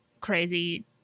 crazy